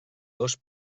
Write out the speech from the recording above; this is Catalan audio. dos